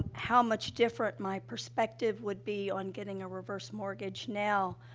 how much different my perspective would be on getting a reverse mortgage now,